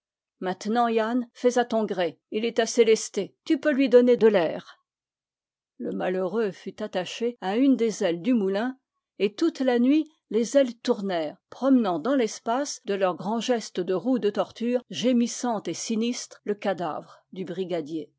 maintenant yann fais à ton gré il est assez lesté tu peux lui donner de l'air le malheureux fut attaché à une des ailes du moulin et toute la nuit les ailes tournèrent promenant dans l'espace de leur grand geste de roue de torture gémissante et sinis tre le cadavre du brigadier